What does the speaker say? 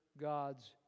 God's